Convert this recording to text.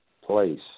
place